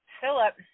Philip